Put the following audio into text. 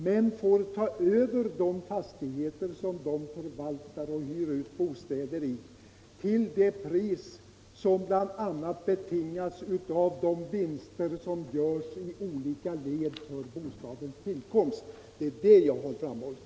De får ta över de fastigheter som de förvaltar och hyr ut bostäder i till det pris som bl.a. betingas av de vinster som görs i olika led för bostadens tillkomst. Det är alltså det jag har framhållit.